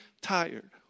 tired